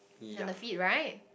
and the feet right